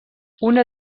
una